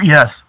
Yes